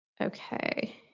Okay